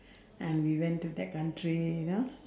and we went to that country you know